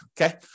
okay